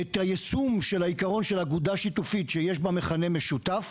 את היישום של העיקרון של אגודה שיתופית שיש בה מכנה משותף,